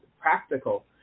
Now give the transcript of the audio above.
practical